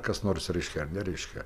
kas nors raiškia ar ne reiškia